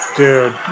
Dude